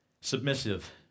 submissive